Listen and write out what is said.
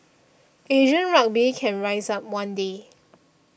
Asian rugby can rise up one day